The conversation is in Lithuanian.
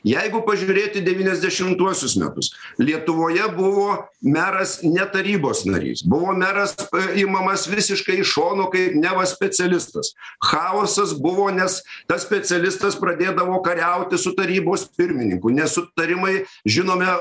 jeigu pažiūrėti devyniasdešimtuosius metus lietuvoje buvo meras ne tarybos narys buvo meras imamas visiškai iš šono kaip neva specialistas chaosas buvo nes tas specialistas pradėdavo kariauti su tarybos pirmininku nesutarimai žinome